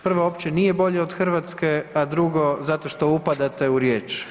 Prvo, uopće nije bolja od Hrvatske a drugo, zato što upadate u riječ.